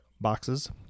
boxes